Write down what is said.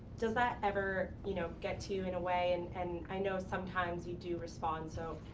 does that ever, you know, get to you in a way? and and i know sometimes you do respond. so,